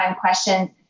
questions